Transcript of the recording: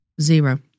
Zero